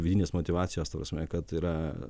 vidinės motyvacijos ta prasme kad yra